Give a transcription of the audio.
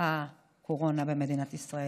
הקורונה במדינת ישראל.